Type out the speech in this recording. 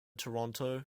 toronto